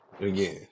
Again